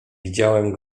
widziałem